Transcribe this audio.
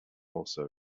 also